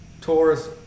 Taurus